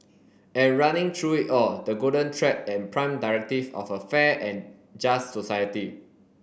and running through it all the golden thread and prime directive of a fair and just society